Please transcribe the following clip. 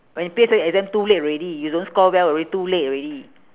but in P_S_L_E exam too late already you don't score well already too late already